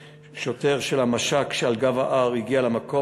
שוטר של המש"ק שעל גב ההר הגיע למקום,